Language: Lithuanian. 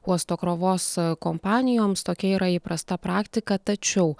uosto krovos kompanijoms tokia yra įprasta praktika tačiau